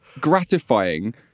gratifying